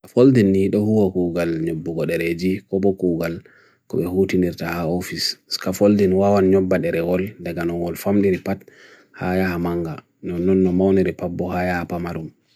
Foldin niduhu wa Google nyebu gode reji, kubu Google kubehuti nirtaha office. Ska Foldin wa wan nyeba deregol, deganungu olfamdi ripat, haia hamanga. Ngunnunnumawni ripab bo haia hamarum.